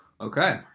Okay